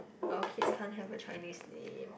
our kids can't have a Chinese name